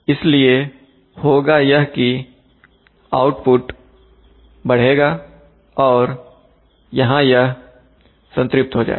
इसलिए होगा यह कि आउटपुट बढ़ेगा और यहां यह संतृप्त हो जाएगा